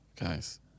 guys